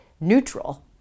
neutral